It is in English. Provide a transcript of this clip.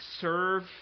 serve